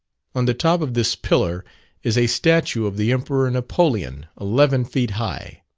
on the top of this pillar is a statue of the emperor napoleon, eleven feet high.